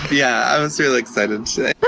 yeah. i was really excited, too.